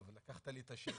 טוב, לקחת לי את השאלה.